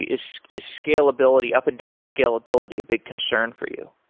is is scalability, up and down scalability a big concern for you?